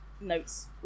notes